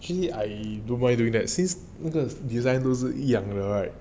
actually I don't mind doing since 那个 design 那些是一样的 right